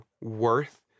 worth